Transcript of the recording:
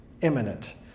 imminent